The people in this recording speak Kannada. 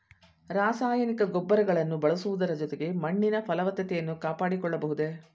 ರಾಸಾಯನಿಕ ಗೊಬ್ಬರಗಳನ್ನು ಬಳಸುವುದರ ಜೊತೆಗೆ ಮಣ್ಣಿನ ಫಲವತ್ತತೆಯನ್ನು ಕಾಪಾಡಿಕೊಳ್ಳಬಹುದೇ?